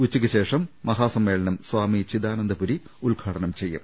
ഉച്ചയ്ക്കുശേഷം ചേരുന്ന മഹാസമ്മേളനം സ്വാമി ചിദാനന്ദപുരി ഉദ്ഘാടനം ചെയ്യും